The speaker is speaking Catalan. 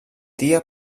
dia